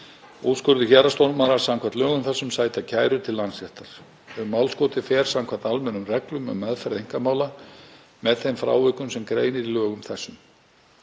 Úrskurðir héraðsdómara samkvæmt lögum þessum sæta kæru til Landsréttar. Um málskotið fer samkvæmt almennum reglum um meðferð einkamála með þeim frávikum sem greinir í lögum þessum.